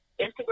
Instagram